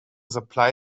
supply